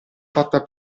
fatta